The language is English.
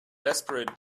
desperate